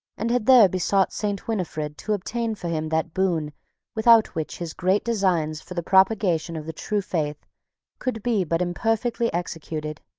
and had there besought saint winifred to obtain for him that boon without which his great designs for the propagation of the true faith could be but imperfectly executed.